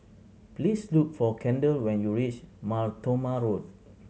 please look for Kendall when you reach Mar Thoma Road